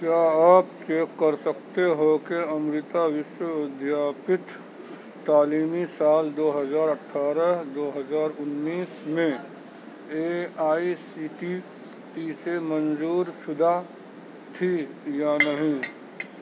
کیا آپ چیک کر سکتے ہو کہ امرتا وشو ودھیا پیٹھ تعلیمی سال دو ہزار اٹھارہ دو ہزار انیس میں A I C T E سے منظور شدہ تھی یا نہیں